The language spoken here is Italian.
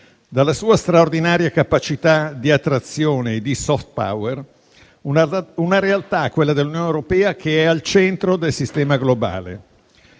dalla sua straordinaria capacità di attrazione e di *soft power*, è una realtà, quella dell'Unione europea, al centro del sistema globale.